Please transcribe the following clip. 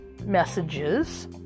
messages